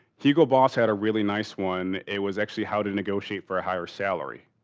hugo boss had a really nice one. it was actually how to negotiate for a higher salary.